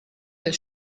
del